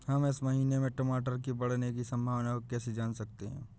हम इस महीने में टमाटर के बढ़ने की संभावना को कैसे जान सकते हैं?